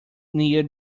near